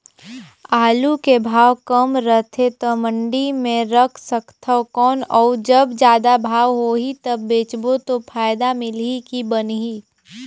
आलू के भाव कम रथे तो मंडी मे रख सकथव कौन अउ जब जादा भाव होही तब बेचबो तो फायदा मिलही की बनही?